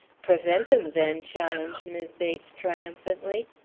prevent em, then! challenged mis' bates, triumphantly.